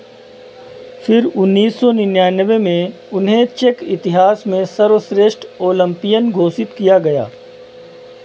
फिर उन्नीस सौ निन्यानवे में उन्हें चेक इतिहास में सर्वश्रेष्ठ ओलंपियन घोषित किया गया